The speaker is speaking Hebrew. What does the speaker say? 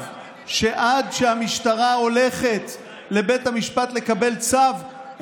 שעד שהמשטרה הולכת לבית המשפט לקבל צו,